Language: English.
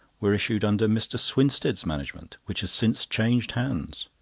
were issued under mr. swinstead's management, which has since changed hands.